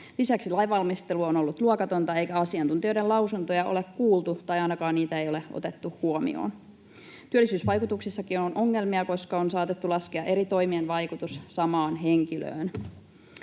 Lisäksi lainvalmistelu on ollut luokatonta eikä asiantuntijoiden lausuntoja ole kuultu tai ainakaan niitä ei ole otettu huomioon. Työllisyysvaikutuksissakin on ongelmia, koska on saatettu laskea eri toimien vaikutus samaan henkilöön.